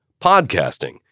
Podcasting